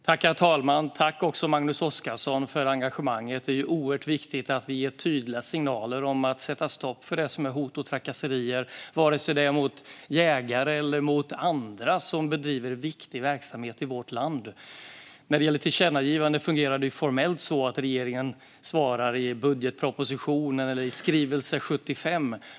Herr talman! Jag tackar Magnus Oscarsson för engagemanget. Det är oerhört viktigt att vi ger tydliga signaler om att sätta stopp för hot och trakasserier, vare sig det är mot jägare eller andra som bedriver viktig verksamhet i vårt land. När det gäller tillkännagivanden fungerar det formellt så att regeringen svarar i budgetpropositioner eller i skrivelse 75.